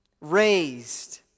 raised